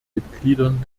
mitgliedern